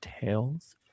Tales